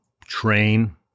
train